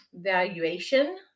valuation